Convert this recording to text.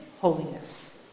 holiness